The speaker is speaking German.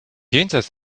jenseits